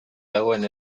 dagoen